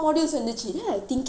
what the hell